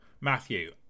Matthew